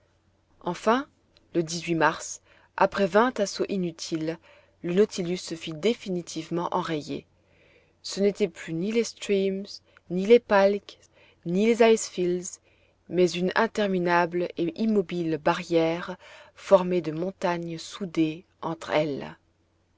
enfin le mars après vingt assauts inutiles le nautilus se vit définitivement enrayé ce n'étaient plus ni les streams ni les palks ni les ice fields mais une interminable et immobile barrière formée de montagnes soudées entre elles